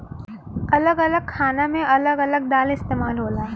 अलग अलग खाना मे अलग अलग दाल इस्तेमाल होला